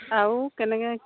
আৰু কেনেকৈ